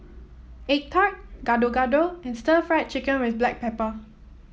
egg tart Gado Gado and Stir Fried Chicken with Black Pepper